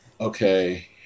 Okay